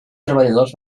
treballadors